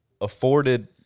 afforded